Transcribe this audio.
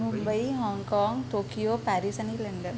मुंबई हाँगकाँग Tokyo Paris आणि London